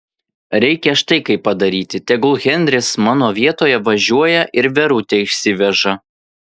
reikia štai kaip padaryti tegul henris mano vietoje važiuoja ir verutę išsiveža